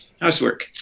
Housework